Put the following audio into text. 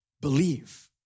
Believe